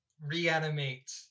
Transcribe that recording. reanimate